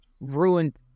ruined